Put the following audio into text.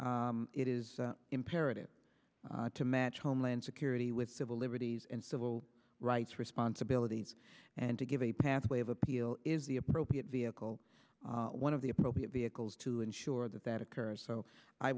it is imperative to match homeland security with civil liberties and civil rights responsibilities and to give a pathway of appeal is the appropriate vehicle one of the appropriate vehicles to ensure that that occurs so i